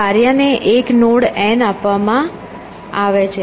કાર્યને એક node n આપવામાં આવે છે